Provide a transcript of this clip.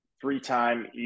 three-time